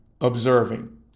observing